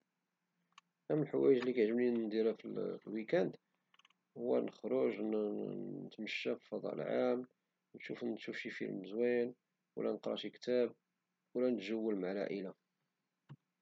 اهم الحوايج اللي كيعجبني نديرها فالويكاند هو نخرج يعني نتمشا في الفضاء العام نشوف شي فيلم زوين نقرا شي كتاب اولى ندجول مع العائلة